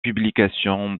publication